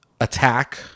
attack